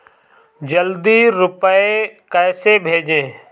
जल्दी रूपए कैसे भेजें?